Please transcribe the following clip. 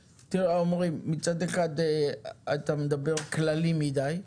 מצד אחד אתה מדבר כללי מדי,